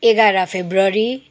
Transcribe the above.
एघार फब्रुअरी